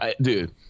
dude